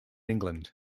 england